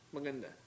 Maganda